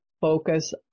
focus